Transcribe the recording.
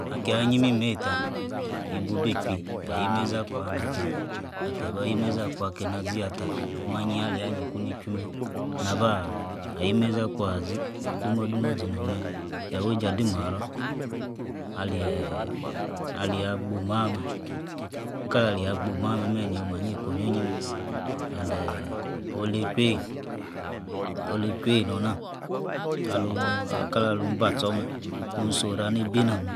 Akia-nyi mimeiyi tah, yibu-bi chwuii, yah yi meizi akua nabi, kaba yizmeizi akua Keinazi-yaka mah-nyi alía-nyi-ku ni-chwui meh, naba, ah, atimerzi akuah azí, dumor-dumor zinornor yah wueijei adi-marror, alikech, alía-gbo mah-meh, inkalalia-gbomah-meh-meh nei omah nyeika. ononu meh, and-theng, oleichion, olei-chweiyi nor-nat ahin, kala-lun ba-tchor meh, kun so rah nah ebi.